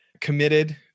committed